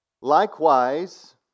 likewise